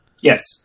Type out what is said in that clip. Yes